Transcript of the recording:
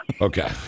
Okay